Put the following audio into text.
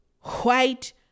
white